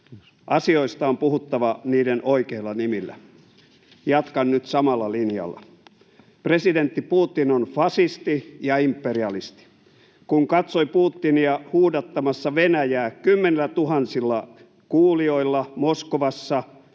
”Asioista on puhuttava niiden oikeilla nimillä.” Jatkan nyt samalla linjalla. Presidentti Putin on fasisti ja imperialisti. Kun katsoi Putinia huudattamassa Venäjää kymmenillätuhansilla kuulijoilla Moskovassa